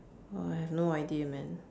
!wah! I have no idea man